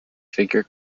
figure